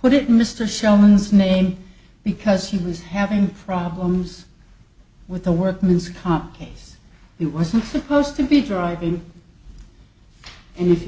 put it mr shellings name because he was having problems with the workman's comp case he wasn't supposed to be driving and if he